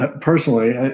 Personally